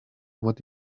what